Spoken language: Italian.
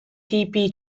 tipi